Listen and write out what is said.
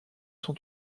sont